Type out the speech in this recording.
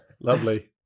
Lovely